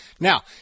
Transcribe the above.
Now